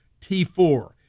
T4